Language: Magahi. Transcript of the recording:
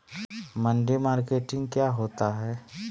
मंडी मार्केटिंग क्या होता है?